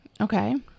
Okay